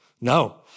No